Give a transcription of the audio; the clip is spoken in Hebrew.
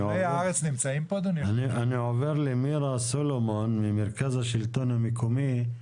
אני עובר למירה סולומון, ממרכז השלטון המקומי.